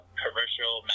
commercial